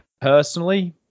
personally